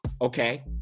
okay